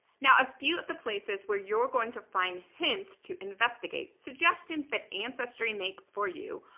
now a few of the places where you're going to find hints to investigate suggestions, that ancestry makes for you,